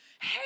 hey